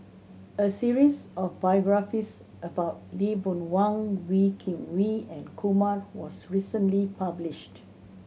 a series of biographies about Lee Boon Wang Wee Kim Wee and Kumar was recently published